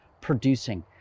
producing